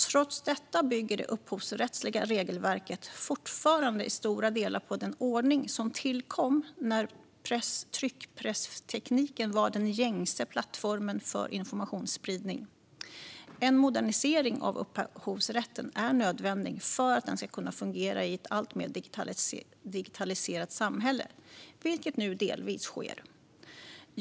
Trots detta bygger det upphovsrättsliga regelverket fortfarande i stora delar på den ordning som tillkom när tryckpresstekniken var den gängse plattformen för informationsspridning. En modernisering av upphovsrätten är nödvändig för att den ska kunna fungera i ett alltmer digitaliserat samhälle, vilket nu delvis sker.